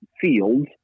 fields